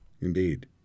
Indeed